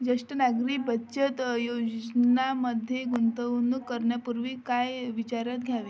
ज्येष्ठ नागरी बचत योजनामध्ये गुंतवणूक करण्यापूर्वी काय विचारात घ्यावे